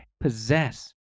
possess